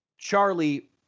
Charlie